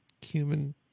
cumin